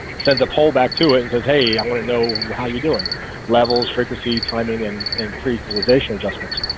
sent a pole back to it and says hey i want to know how you doing levels frequency timing and and pre equalization adjustments,